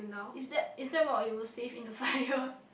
is that is that what you will save in a fire